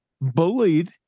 bullied